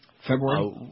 February